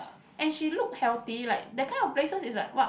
and she look healthy like that kind of places is like what